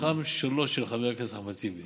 שמתוכן שלוש של חבר הכנסת טיבי